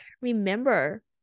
remember